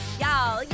Y'all